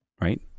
right